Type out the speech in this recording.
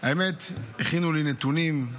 האמת, הכינו לי נתונים,